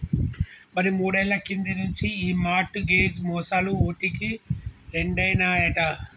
మరి మూడేళ్ల కింది నుంచి ఈ మార్ట్ గేజ్ మోసాలు ఓటికి రెండైనాయట